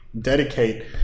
dedicate